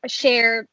share